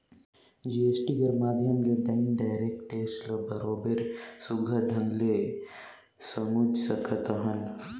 GST कर माध्यम ले इनडायरेक्ट टेक्स ल बरोबेर सुग्घर ढंग ले समुझ सकत अहन